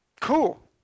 Cool